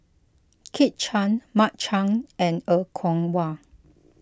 Kit Chan Mark Chan and Er Kwong Wah